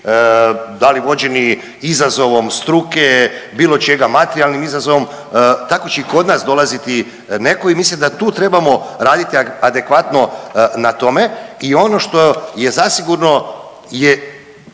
da li vođeni izazovom struke, bilo čega materijalnim izazovom tako će i kod nas dolaziti netko. I mislim da tu trebamo raditi adekvatno na tome. I ono što je zasigurno je